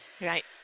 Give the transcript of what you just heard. right